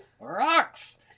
rocks